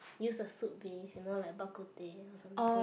use the soup base you know like bak kut teh or something